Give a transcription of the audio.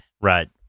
Right